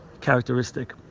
characteristic